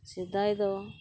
ᱥᱮᱫᱟᱭ ᱫᱚ